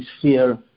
fear